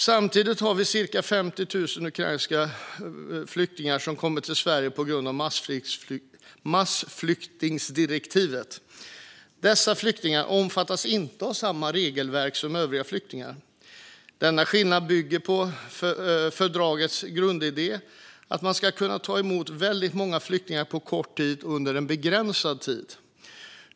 Samtidigt har vi cirka 50 000 ukrainska flyktingar som kommit till Sverige på grund av massflyktsdirektivet. Dessa flyktingar omfattas inte av samma regelverk som övriga flyktingar. Denna skillnad bygger på fördragets grundidé: att man ska kunna ta emot väldigt många flyktingar på kort tid och under en begränsad tid.